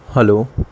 hello